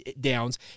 downs